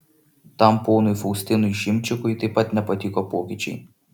tam ponui faustinui šimčikui taip pat nepatiko pokyčiai